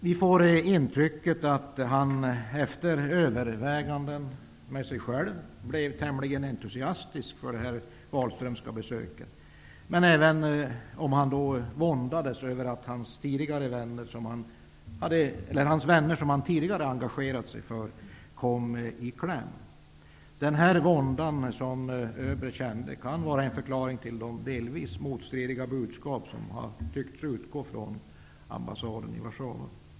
Vi får det intrycket att han efter överväganden med sig själv blev tämligen entusiastisk inför Wahlströms besök, även om han våndades över att de vänner som han tidigare engagerat sig för kom i kläm. Den vånda som Öberg kände kan vara en förklaring till de delvis motstridiga budskap som tycks ha utgått från ambassaden i Warszawa.